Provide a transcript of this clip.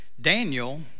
Daniel